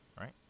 right